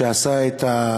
שעשה את,